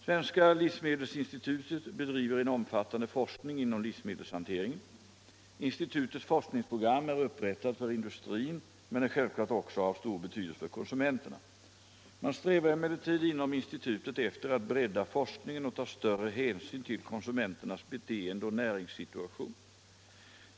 Svenska livsmedelsinstitutet bedriver en omfattande forskning inom livsmedelshanteringen. Institutets forskningsprogram är upprättat för industrin men är självfallet också av stor betydelse för konsumenterna. Man strävar emellertid inom institutet efter att bredda forskningen och ta större hänsyn till konsumenternas beteende och näringssituation.